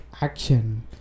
action